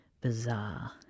bizarre